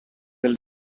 will